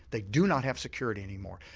the do not have security any more.